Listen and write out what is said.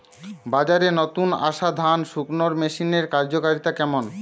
বাজারে নতুন আসা ধান শুকনোর মেশিনের কার্যকারিতা কেমন?